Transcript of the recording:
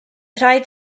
rhaid